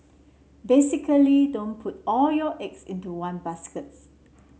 basically don't put all your eggs into one baskets